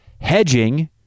Hedging